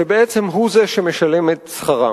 שבעצם הוא זה שמשלם את שכרם.